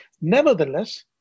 Nevertheless